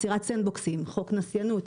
חוק נסיינות.